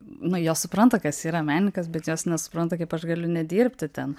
nu jos supranta kas yra menininkas bet jos nesupranta kaip aš galiu nedirbti ten